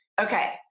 Okay